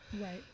Right